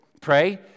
Pray